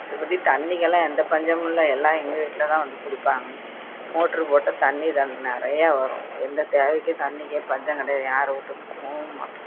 திரும்பி தண்ணிக்கெல்லாம் எந்த பஞ்சமும் இல்லை எல்லாம் எங்கள் வீட்டில தான் வந்து பிடிப்பாங்க மோட்ரு போட்டு தண்ணி நிறையா வரும் எந்த தேவைக்கும் தண்ணிக்கு பஞ்சம் கிடையாது யார் வீட்டுக்கும் போகவும் மாட்டோம்